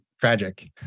tragic